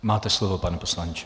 Máte slovo, pane poslanče.